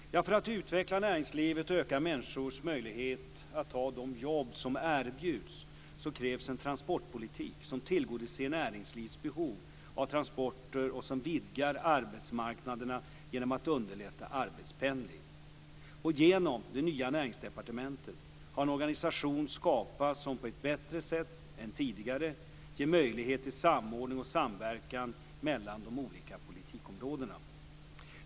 För att utveckla näringslivet och öka människors möjlighet att ta de jobb som erbjuds krävs en transportpolitik som tillgodoser näringslivets behov av transporter och som vidgar arbetsmarknaderna genom att underlätta arbetspendling. Genom det nya Näringsdepartementet har en organisation skapats som på ett bättre sätt än tidigare ger möjlighet till samordning och samverkan mellan de olika politikområdena.